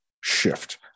shift